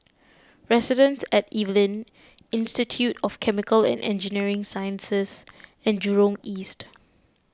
Residences at Evelyn Institute of Chemical and Engineering Sciences and Jurong East